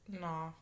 no